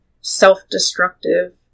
self-destructive